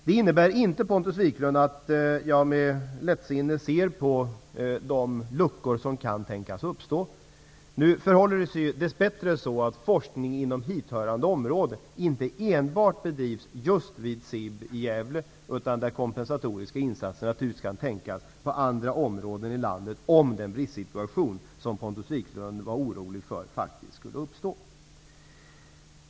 Det innebär inte, Pontus Wiklund, att jag med lättsinne ser på de luckor som kan tänkas uppstå. Nu förhåller det sig dess bättre så att forskning inom hithörande områden inte enbart bedrivs just vid SIB i Gävle, utan kompensatoriska insatser kan naturligtvis tänkas på andra områden i landet om den bristsituation som Pontus Wiklund var orolig för faktiskt skulle uppstå.